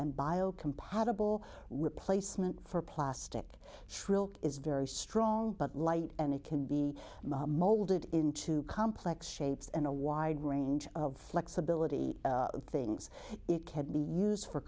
biocompatible replacement for plastic shrilled is very strong but light and it can be molded into complex shapes and a wide range of flexibility things it can be used for